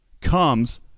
comes